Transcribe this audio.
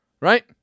Right